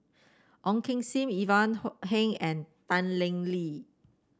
Ong Kim Seng Ivan Heng and Tan Leng Lee